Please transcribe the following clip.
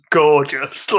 gorgeous